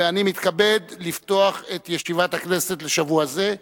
ואני מתכבד לפתוח את ישיבת הכנסת לשבוע זה.